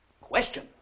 Question